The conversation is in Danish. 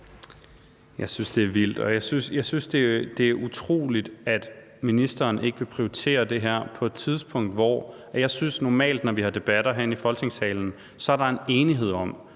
Jeg synes, det er vildt, og jeg synes, det er utroligt, at ministeren ikke vil prioritere det her på det her tidspunkt. Jeg synes normalt, at når vi har debatter herinde i Folketingssalen, så er der en enighed om,